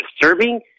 disturbing